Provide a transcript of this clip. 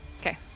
Okay